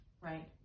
right